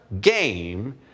game